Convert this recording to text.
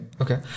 Okay